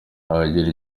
ahagera